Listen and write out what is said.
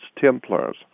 Templars